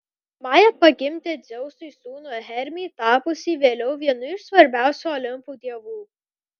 maja pagimdė dzeusui sūnų hermį tapusį vėliau vienu iš svarbiausių olimpo dievų